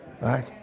right